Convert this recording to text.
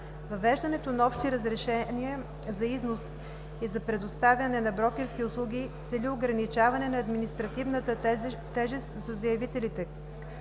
Въвеждането на общи разрешения за износ и за предоставяне на брокерски услуги цели ограничаване на административната тежест за заявителите,